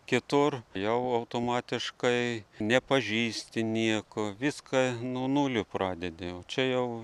kitur jau automatiškai nepažįsti nieko viską nuo nulio pradedi o čia jau